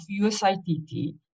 USITT